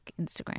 Instagram